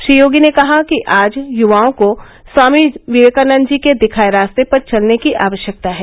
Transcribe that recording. श्री योगी ने कहा कि आज युवाओं को स्वामी विवेकानंद जी के दिखाये रास्ते पर चलने की आवश्यकता है